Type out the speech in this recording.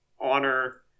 honor